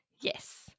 Yes